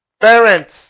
Parents